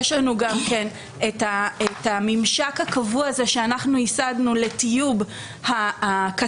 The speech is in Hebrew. יש לנו גם הממשק הקבוע הזה שייסדנו לטיוב הכתבות,